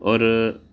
ਔਰ